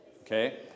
Okay